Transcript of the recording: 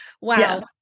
Wow